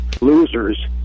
losers